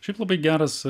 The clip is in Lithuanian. šiaip labai geras